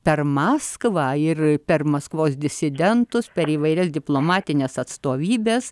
per maskvą ir per maskvos disidentus per įvairias diplomatines atstovybes